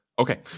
okay